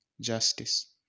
justice